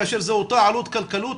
כאשר זה אותה עלות כלכלית?